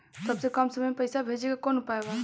सबसे कम समय मे पैसा भेजे के कौन उपाय बा?